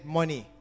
money